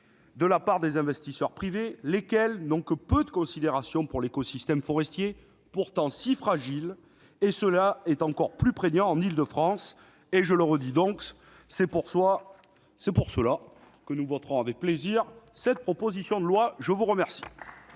de la part des investisseurs privés, lesquels n'ont que peu de considération pour l'écosystème forestier, pourtant si fragile. Et c'est encore plus prégnant en Île-de-France. C'est pourquoi, je le répète, nous voterons avec plaisir cette proposition de loi. La parole